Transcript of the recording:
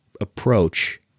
approach